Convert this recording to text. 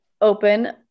open